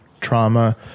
trauma